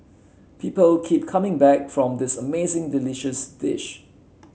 people keep coming back from this amazingly delicious dish